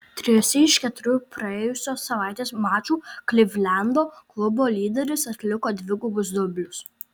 trijuose iš keturių praėjusios savaitės mačų klivlendo klubo lyderis atliko dvigubus dublius